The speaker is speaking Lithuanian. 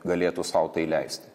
galėtų sau tai leisti